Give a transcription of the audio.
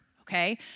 okay